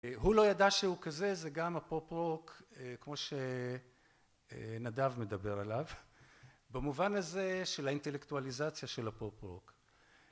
הוא לא ידע שהוא כזה זה גם הפופ-רוק כמו שנדב מדבר עליו במובן הזה של האינטלקטואליזציה של הפופ-רוק